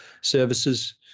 services